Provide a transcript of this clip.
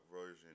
version